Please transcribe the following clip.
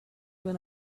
when